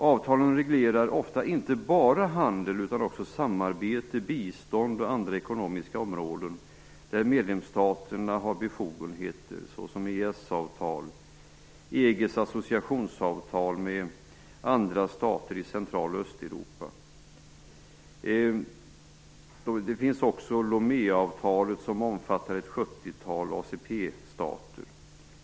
Avtalen reglerar ofta inte bara handel utan också samarbete, bistånd och andra ekonomiska områden där medlemsstaterna har befogenheter såsom t.ex. EES-avtal, EG:s associationsavtal med ett antal stater i Centraloch Östeuropa och det s.k. Loméavtalet som omfattar ett 70-tal ACP-stater.